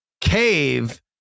cave